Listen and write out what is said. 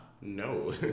No